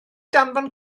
danfon